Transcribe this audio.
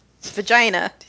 vagina